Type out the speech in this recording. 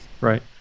right